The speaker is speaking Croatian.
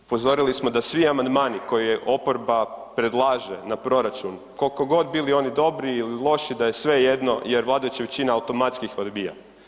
Upozorili smo da svi amandmani koje oporba predlaže na proračun, kolko god bili oni dobri ili loši da je svejedno jer vladajuća većina automatski ih odbija.